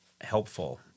helpful